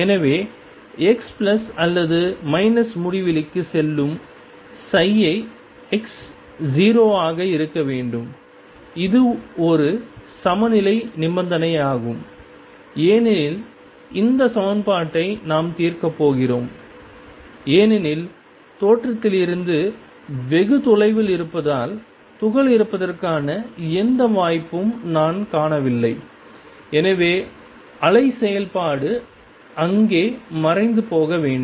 எனவே x plus அல்லது minus முடிவிலிக்கு செல்லும் சை x 0 ஆக இருக்க வேண்டும் இது ஒரு சமநிலை நிபந்தனையாகும் ஏனெனில் இந்த சமன்பாட்டை நாம் தீர்க்கப் போகிறோம் ஏனெனில் தோற்றத்திலிருந்து வெகு தொலைவில் இருப்பதால் துகள் இருப்பதற்கான எந்த வாய்ப்பும் நான் காணவில்லை எனவே அலை செயல்பாடு அங்கே மறைந்து போக வேண்டும்